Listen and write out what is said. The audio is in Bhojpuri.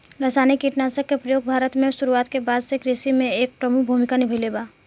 रासायनिक कीटनाशक के प्रयोग भारत में शुरुआत के बाद से कृषि में एक प्रमुख भूमिका निभाइले बा